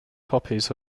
copies